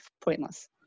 pointless